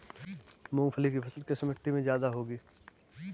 मूंगफली की फसल किस मिट्टी में ज्यादा होगी?